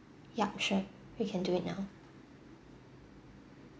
yup sure we can do it now